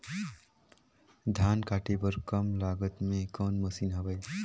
धान काटे बर कम लागत मे कौन मशीन हवय?